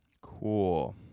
Cool